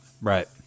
Right